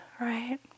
right